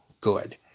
good